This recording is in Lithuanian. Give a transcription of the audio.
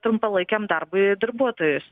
trumpalaikiam darbui darbuotojus